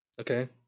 okay